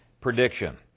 prediction